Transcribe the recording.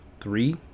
three